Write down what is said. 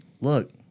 look